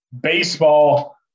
Baseball